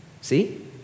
See